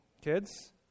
kids